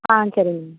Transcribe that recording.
ஆ சரிங்க